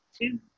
Two